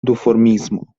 duformismo